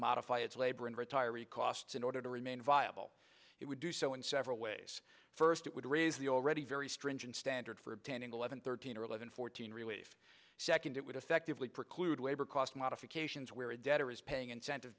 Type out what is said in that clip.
modify its labor and retire a costs in order to remain viable it would do so in several ways first it would raise the already very stringent standards for obtaining eleven thirteen or eleven fourteen relief second it would affect of lee preclude labor cost modifications where a debtor is paying incentive